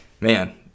Man